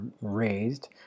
raised